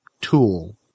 tool